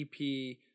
EP